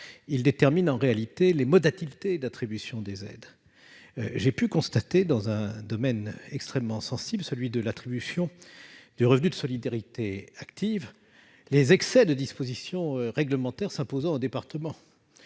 ne détermine que les modalités d'attribution des aides. J'ai pu constater dans un domaine extrêmement sensible, celui de l'attribution du RSA, les excès de dispositions réglementaires s'imposant aux départements.